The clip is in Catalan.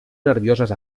nervioses